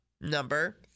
number